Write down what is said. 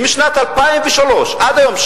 משנת 2003 עד היום,